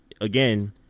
again